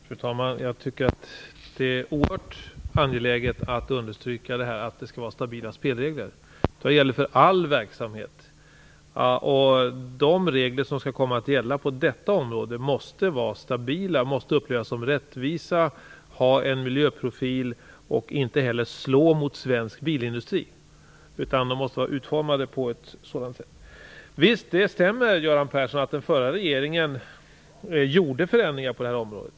Fru talman! Jag tycker att det är oerhört angeläget att understryka vikten av stabila spelregler. Det gäller för all verksamhet. De regler som skall komma att gälla på detta område måste vara stabila, de måste upplevas som rättvisa och de måste ha en miljöprofil. De måste vara utformade på ett sådant sätt att de inte heller slår mot svensk bilindustri. Visst stämmer det, Göran Persson, att den förra regeringen gjorde förändringar på detta område.